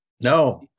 No